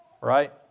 right